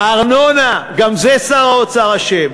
הארנונה, גם בזה שר האוצר אשם,